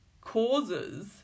causes